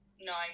nine